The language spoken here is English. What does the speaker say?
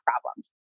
problems